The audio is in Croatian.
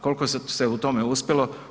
Koliko se u tome uspjelo?